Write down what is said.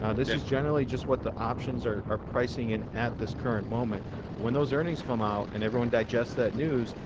this is generally just what the options are are pricing in at this current moment, but when those earnings come out and everyone digests that news,